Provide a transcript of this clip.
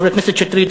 חבר הכנסת שטרית,